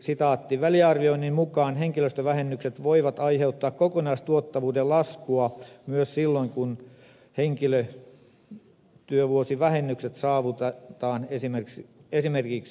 väliarvioinnin mukaan henkilöstövähennykset voivat aiheuttaa kokonaistuottavuuden laskua myös silloin kun henkilötyövuosivähennykset saavutetaan esimerkiksi